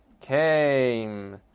Came